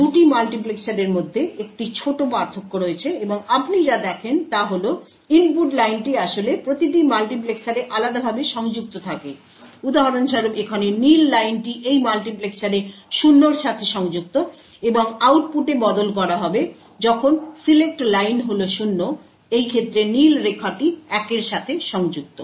2টি মাল্টিপ্লেক্সারের মধ্যে একটি ছোট পার্থক্য রয়েছে এবং আপনি যা দেখেন তা হল ইনপুট লাইনটি আসলে প্রতিটি মাল্টিপ্লেক্সারে আলাদাভাবে সংযুক্ত থাকে উদাহরণস্বরূপ এখানে নীল লাইনটি এই মাল্টিপ্লেক্সারে 0 এর সাথে সংযুক্ত এবং তাই আউটপুটে বদল করা হবে যখন সিলেক্ট লাইন হল 0 এই ক্ষেত্রে নীল রেখাটি 1 এর সাথে সংযুক্ত